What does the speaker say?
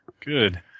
good